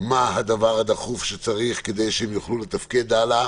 מה הדבר הדחוף שצריך כדי שהם יוכלו לתפקד הלאה